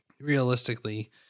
realistically